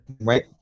right